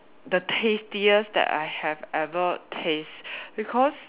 the tastiest that I have ever taste because